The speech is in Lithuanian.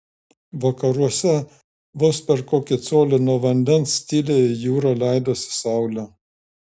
vakaruose vos per kokį colį nuo vandens tyliai į jūrą leidosi saulė